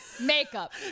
Makeup